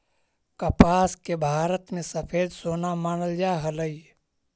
कपास के भारत में सफेद सोना मानल जा हलई